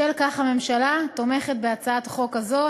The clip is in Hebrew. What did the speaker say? בשל כך, הממשלה תומכת בהצעת חוק זו.